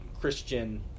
Christian